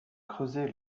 creusé